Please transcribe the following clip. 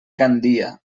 gandia